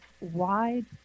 wide